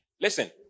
Listen